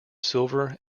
silver